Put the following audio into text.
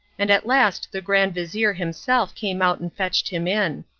and at last the grand-vizir himself came out and fetched him in.